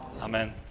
Amen